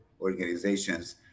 organizations